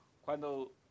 cuando